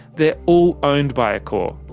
they're all owned by accor.